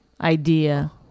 idea